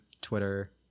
Twitter